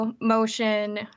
motion